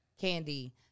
Candy